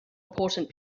important